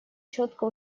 четко